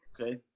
Okay